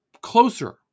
closer